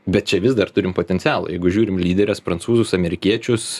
bet čia vis dar turim potencialą jeigu žiūrim į lyderes prancūzus amerikiečius